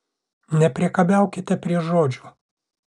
nepriekabiaukite prie žodžių